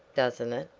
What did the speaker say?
doesn't it?